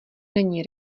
není